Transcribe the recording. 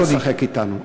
אי-אפשר לשחק אתנו.